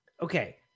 Okay